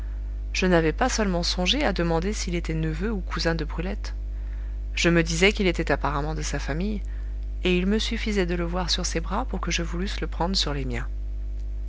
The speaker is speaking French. je n'avais pas seulement songé à demander s'il était neveu ou cousin de brulette je me disais qu'il était apparemment de sa famille et il me suffisait de le voir sur ses bras pour que je voulusse le prendre sur les miens